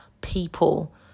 people